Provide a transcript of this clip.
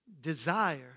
desire